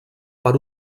part